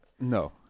No